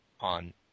on